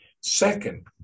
Second